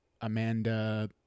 Amanda